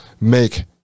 make